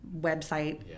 website